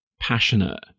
passionate